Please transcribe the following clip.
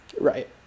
Right